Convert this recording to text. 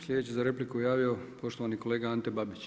Slijedeći za repliku javio poštovani kolega Ante Babić.